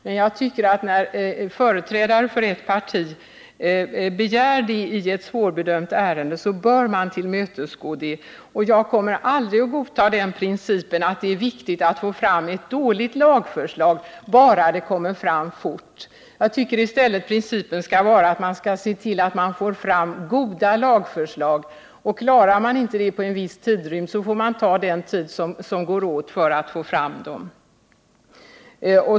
Men jag tycker att när företrädare för ett parti i ett svårbedömt ärende begär det, så bör man tillmötesgå denna begäran. Jag kommer aldrig att godta principen att det är viktigt att få fram ett dåligt lagförslag bara det kommer fram fort. Jag tycker i stället principen skall vara att man skall se till att man får fram goda lagförslag. Klarar man inte det inom en viss tidsgräns, så får man ta den tid i anspråk som går åt för att få fram dem.